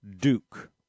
Duke